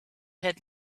had